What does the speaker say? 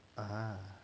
(uh huh)